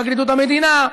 פרקליטות המדינה,